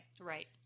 Right